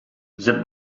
the